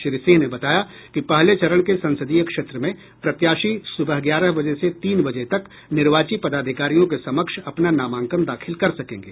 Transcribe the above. श्री सिंह ने बताया कि पहले चरण के संसदीय क्षेत्र में प्रत्याशी सुबह ग्यारह बजे से तीन बजे तक निर्वाची पदाधिकारियों के समक्ष अपना नामांकन दाखिल कर सकेंगे